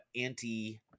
anti